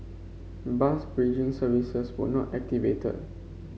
bus bridging services were not activated